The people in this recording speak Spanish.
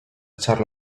echar